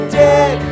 dead